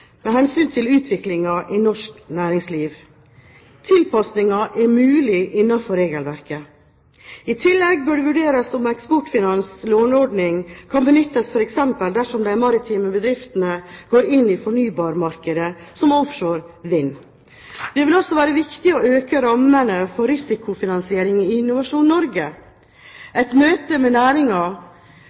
med hensyn til utviklingen i norsk næringsliv. Tilpasning er mulig innenfor regleverket. I tillegg bør det vurderes om Eksportfinans’ låneordning kan benyttes f.eks. dersom de maritime bedriftene går inn i fornybarmarkeder som offshore vind. Det vil også være viktig å øke rammene for risikofinansiering i Innovasjon Norge. I møte med